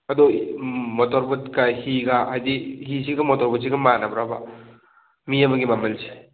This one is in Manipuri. ꯑꯗꯣ ꯃꯣꯇꯣꯔ ꯕꯣꯠꯀ ꯍꯤꯒ ꯍꯥꯏꯗꯤ ꯍꯤꯁꯤꯒ ꯃꯣꯇꯣꯔ ꯕꯣꯠꯁꯤꯒ ꯃꯥꯅꯕ꯭ꯔꯕ ꯃꯤ ꯑꯃꯒꯤ ꯃꯃꯜꯁꯦ